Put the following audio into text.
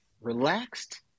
relaxed